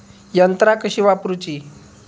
यंत्रा कशी वापरूची?